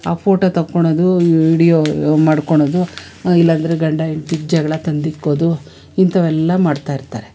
ಆ ಫೋಟೋ ತೊಗೊಳೋದು ವೀಡಿಯೋ ಮಾಡ್ಕೊಳೋದು ಇಲ್ಲಾಂದ್ರೆ ಗಂಡ ಹೆಂಡ್ತಿಗೆ ಜಗಳ ತಂದಿಕ್ಕೋದು ಇಂಥವೆಲ್ಲ ಮಾಡ್ತಾಯಿರ್ತಾರೆ